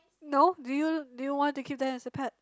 no do you do you want to keep them as a pet